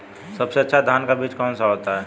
सबसे अच्छा धान का बीज कौन सा होता है?